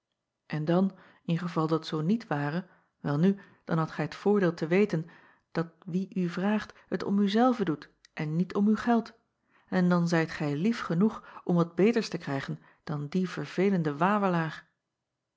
en dan in geval dat zoo niet ware welnu dan hadt gij t voordeel te weten dat wie u vraagt het om u zelve doet en niet om uw geld en dan zijt gij lief genoeg om wat beters te krijgen dan dien verveelenden wawelaar